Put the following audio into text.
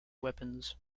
weapons